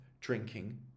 drinking